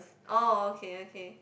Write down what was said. oh okay okay